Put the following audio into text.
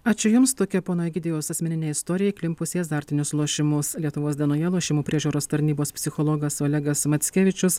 ačiū jums tokia pono egidijaus asmeninė istorija įklimpus į azartinius lošimus lietuvos dienoje lošimų priežiūros tarnybos psichologas olegas mackevičius